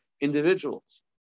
individuals